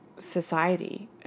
Society